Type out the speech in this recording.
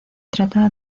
trata